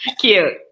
Cute